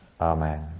Amen